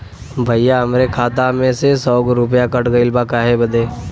भईया हमरे खाता में से सौ गो रूपया कट गईल बा काहे बदे?